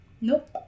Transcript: Nope